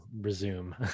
resume